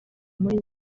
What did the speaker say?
muri